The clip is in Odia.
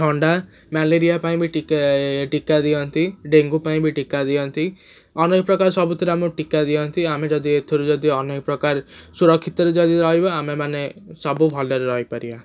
ଥଣ୍ଡା ମ୍ୟାଲେରିଆ ପାଇଁ ବି ଟୀକା ଏ ଟୀକା ଦିଅନ୍ତି ଡେଙ୍ଗୁ ପାଇଁ ବି ଟୀକା ଦିଅନ୍ତି ଅନେକପ୍ରକାର ସବୁଥିରେ ଆମକୁ ଟୀକା ଦିଅନ୍ତି ଆମେ ଯଦି ଏଥିରୁ ଯଦି ଅନେକପ୍ରକାର ସୁରକ୍ଷିତରେ ଯଦି ରହିବା ଆମେ ମାନେ ସବୁ ଭଲରେ ରହିପାରିବା